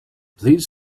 please